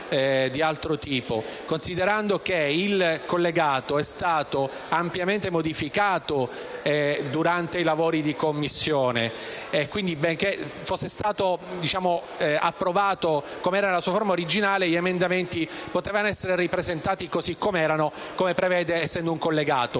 considerato che il collegato è stato ampiamente modificato durante i lavori in Commissione. Se fosse stato approvato nella sua forma originale, gli emendamenti potevano essere ripresentati così com'erano, trattandosi di un collegato.